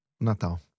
Natal